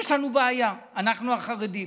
יש לנו בעיה, אנחנו, החרדים.